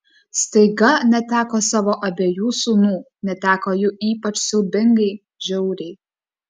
staiga neteko savo abiejų sūnų neteko jų ypač siaubingai žiauriai